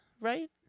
right